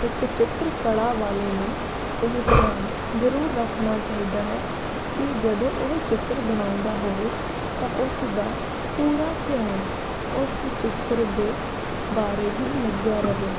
ਇੱਕ ਚਿੱਤਰਕਲਾ ਵਾਲੇ ਨੂੰ ਇਹ ਧਿਆਨ ਜ਼ਰੂਰ ਰੱਖਣਾ ਚਾਹੀਦਾ ਹੈ ਕਿ ਜਦੋਂ ਉਹ ਚਿੱਤਰ ਬਣਾਉਂਦਾ ਹੋਵੇ ਤਾਂ ਉਸ ਦਾ ਪੂਰਾ ਧਿਆਨ ਉਸ ਚਿੱਤਰ ਦੇ ਬਾਰੇ ਹੀ ਲੱਗਿਆ ਰਹੇ